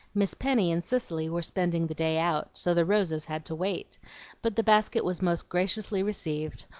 miss penny and cicely were spending the day out, so the roses had to wait but the basket was most graciously received,